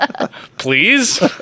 Please